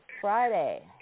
Friday